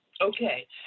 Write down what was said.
Okay